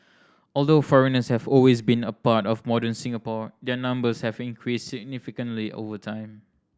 although foreigners have always been a part of modern Singapore their numbers have increased significantly over time